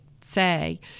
say